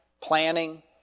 planning